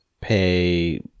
pay